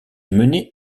menées